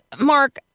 Mark